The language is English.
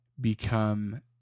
become